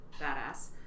badass